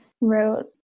wrote